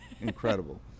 incredible